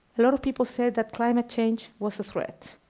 a lot of people said that climate change was a threat.